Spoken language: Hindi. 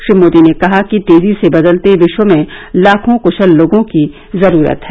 श्री मोदी ने कहा कि तेजी से बदलते विश्व में लाखों क्शल लोगों की जरूरत है